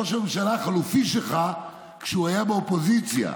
ראש הממשלה החלופי שלך כשהוא היה באופוזיציה.